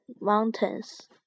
mountains